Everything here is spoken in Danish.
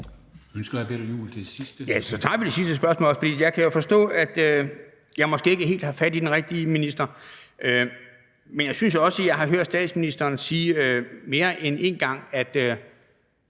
Så tager jeg også det sidste spørgsmål. Jeg kan jo forstå, at jeg måske ikke helt har fat i den rigtige minister. Men jeg synes også, at jeg har hørt statsministeren sige mere end en gang, at